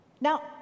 Now